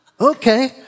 okay